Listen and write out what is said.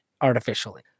artificially